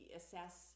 assess